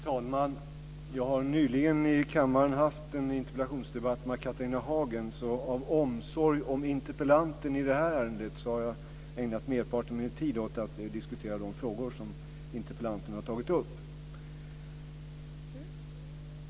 Fru talman! Jag har nyligen i kammaren haft en interpellationsdebatt med Catharina Hagen. Av omsorg om interpellanten i det här ärendet har jag ägnat merparten av min tid åt att diskutera de frågor som interpellanten har tagit upp.